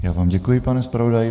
Já vám děkuji, pane zpravodaji.